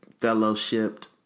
fellowshipped